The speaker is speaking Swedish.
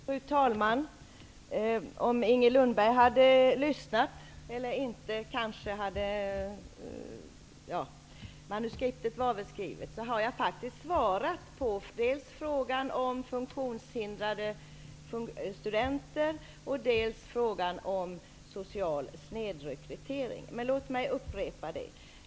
Fru talman! Om Inger Lundberg hade lyssnat hade hon hört att jag faktiskt svarade dels på frågan om studenter med funktionshinder, dels på frågan om social snedrekrytering. Men låt mig upprepa svaren.